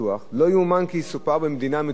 לא יאומן כי יסופר במדינה מתוקנת: